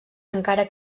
encara